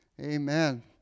Amen